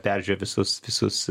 peržiūri visus visus